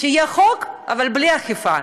שיהיה חוק, אבל בלי אכיפה.